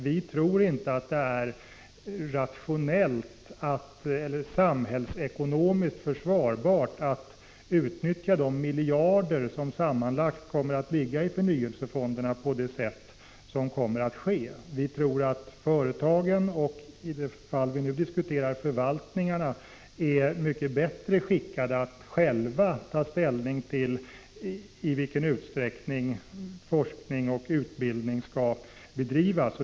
Vi tror inte att det är rationellt eller samhällsekonomiskt försvarbart att utnyttja de miljarder som sammanlagt kommer att ligga i förnyelsefonderna på det sätt som kommer att ske. Vi tror att företagen och förvaltningarna — i det fall vi nu diskuterar gäller det ju de sistnämnda — är mycket bättre skickade att själva ta ställning till i vilken utsträckning forskning och utbildning skall bedrivas.